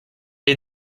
est